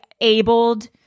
abled